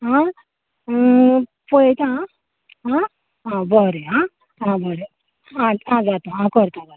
आं पळयता हां आं बरें हां हां बरें हां बरें हां बरें बरें